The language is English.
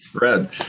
Red